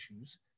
issues